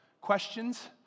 questions